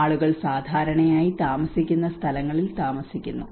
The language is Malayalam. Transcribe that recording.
ആളുകൾ സാധാരണയായി താമസിക്കുന്ന സ്ഥലങ്ങളിൽ താമസിക്കുന്നു